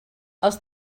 els